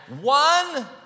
one